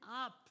up